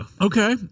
Okay